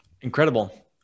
Incredible